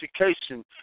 Education